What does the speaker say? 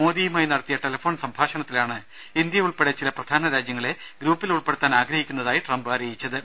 മോദിയുമായി നടത്തിയ ടെലഫോൺ സംഭാഷണത്തിലാണ് ഇന്ത്യയുൾപ്പെടെ ചില പ്രധാന രാജ്യങ്ങളെ ഗ്രൂപ്പിൽ ഉൾപ്പെടുത്താൻ ആഗ്രഹിക്കുന്നതായി ട്രംപ് അറിയിച്ചത്